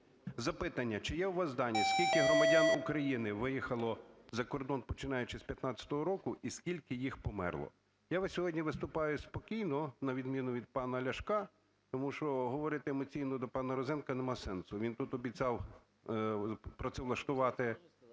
Запитання. Чи є у вас дані скільки громадян України виїхало за кордон, починаючи з 15-року, і скільки їх померло? Я от сьогодні виступаю спокійно на відміну від пана Ляшка, тому що говорити емоційно до пана Розенка немає сенсу, він тут обіцяв працевлаштувати